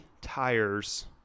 tires